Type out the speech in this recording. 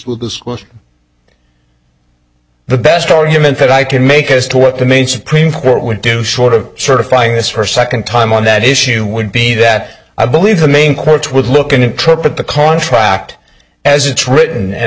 school's the best argument that i can make as to what the maine supreme court would do short of certifying this for a second time on that issue would be that i believe the maine courts would look in a trip at the contract as it's written and